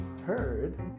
heard